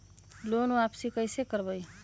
Loan वापसी कैसे करबी?